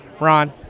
Ron